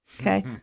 Okay